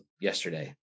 yesterday